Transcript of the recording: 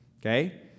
Okay